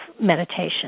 meditation